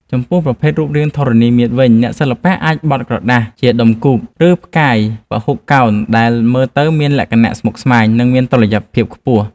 ចំពោះប្រភេទរូបរាងធរណីមាត្រវិញ អ្នកសិល្បៈអាចបត់ក្រដាសជាដុំគូប ឬរូបផ្កាយពហុកោណដែលមើលទៅមានលក្ខណៈស្មុគស្មាញ និងមានតុល្យភាពខ្ពស់។